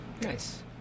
Nice